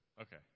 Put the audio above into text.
Okay